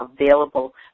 available